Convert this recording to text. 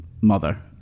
mother